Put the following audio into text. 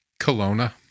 Kelowna